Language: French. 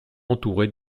entouré